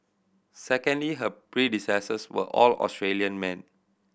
secondly her predecessors were all Australian men